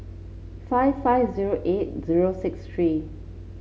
five five zero eight zero six three